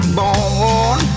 born